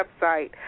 website